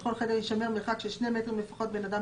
(ב)בכל חדר יישמר מרחק של שני מטרים לפחות בין אדם